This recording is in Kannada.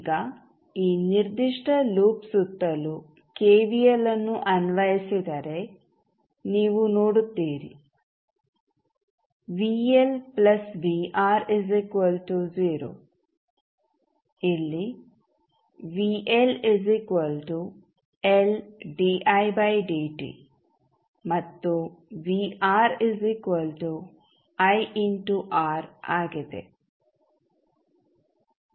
ಈಗ ಈ ನಿರ್ದಿಷ್ಟ ಲೂಪ್ ಸುತ್ತಲೂ ಕೆವಿಎಲ್ಅನ್ನು ಅನ್ವಯಿಸಿದರೆ ನೀವು ನೋಡುತ್ತೀರಿ ಇಲ್ಲಿ ಮತ್ತು ಆಗಿದೆ